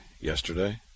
Yesterday